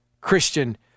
Christian